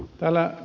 täällä ed